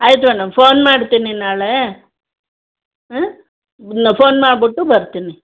ಆಯಿತು madam phone ಮಾಡ್ತೀನಿ ನಾಳೆ ಹಾಂ ನಾ ಫೋನ್ ಮಾಡ್ಬಿಟ್ಟು ಬರ್ತೀನಿ